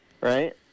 Right